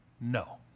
No